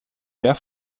wer